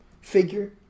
figure